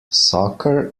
soccer